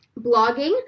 blogging